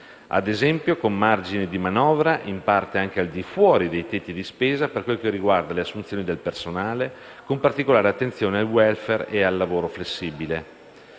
ad esempio con margini di manovra, in parte anche al di fuori dei tetti di spesa, per quel che riguarda la assunzione del personale, con particolare attenzione al *welfare* ed al lavoro flessibile.